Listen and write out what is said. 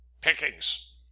Pickings